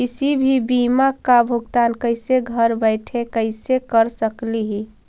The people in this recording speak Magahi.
किसी भी बीमा का भुगतान कैसे घर बैठे कैसे कर स्कली ही?